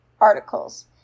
articles